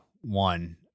one